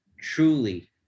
truly